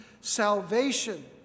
salvation